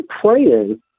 praying